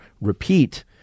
repeat